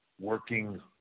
working